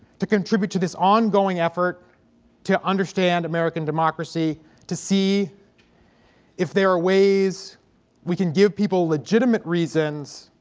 to contribute to this ongoing effort to understand american democracy to see if there are ways we can give people legitimate reasons